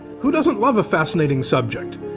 who doesn't love a fascinating subject?